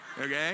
okay